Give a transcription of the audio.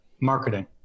marketing